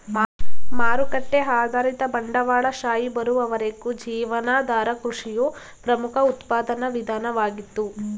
ಮಾರುಕಟ್ಟೆ ಆಧಾರಿತ ಬಂಡವಾಳಶಾಹಿ ಬರುವವರೆಗೂ ಜೀವನಾಧಾರ ಕೃಷಿಯು ಪ್ರಮುಖ ಉತ್ಪಾದನಾ ವಿಧಾನವಾಗಿತ್ತು